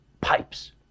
pipes